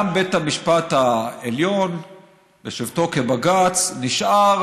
גם בית המשפט העליון בשבתו כבג"ץ נשאר